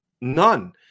none